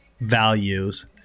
values